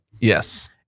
Yes